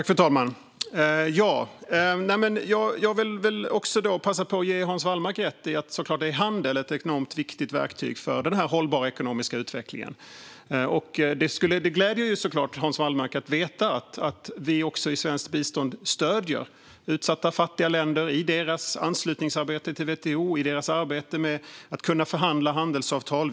Fru talman! Jag vill då också passa på att ge Hans Wallmark rätt i att det är klart att handel är ett enormt viktigt verktyg för den här hållbara ekonomiska utvecklingen. Det gläder då såklart Hans Wallmark att veta att vi också i svenskt bistånd stöder utsatta och fattiga länder i deras anslutningsarbete till WTO och i deras arbete med att kunna förhandla om handelsavtal.